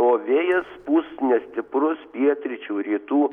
o vėjas pūs nestiprus pietryčių rytų